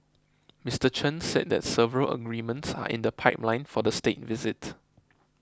Mister Chen said that several agreements are in the pipeline for the State Visit